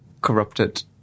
corrupted